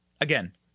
again